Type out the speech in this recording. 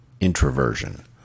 introversion